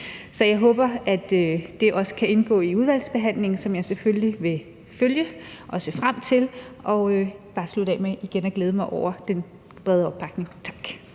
Så jeg håber, at det også kan indgå i udvalgsbehandlingen, som jeg selvfølgelig vil følge og se frem til, og jeg vil bare slutte af med igen at glæde mig over den brede opbakning. Tak.